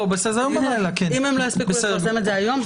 אם הם לא יספיקו לפרסם היום,